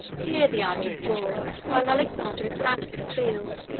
here the army paused while alexander examined the field,